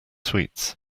sweets